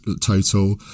total